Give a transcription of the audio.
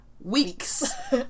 weeks